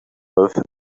earth